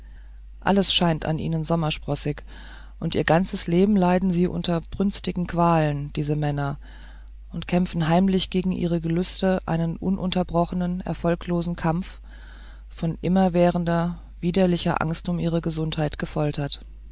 alles scheint an ihnen sommersprossig und ihr ganzes leben leiden sie unter brünstigen qualen diese männer und kämpfen heimlich gegen ihre gelüste einen ununterbrochenen erfolglosen kampf von immerwährender widerlicher angst um ihre gesundheit gefoltert